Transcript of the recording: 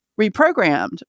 reprogrammed